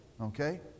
okay